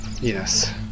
yes